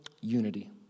unity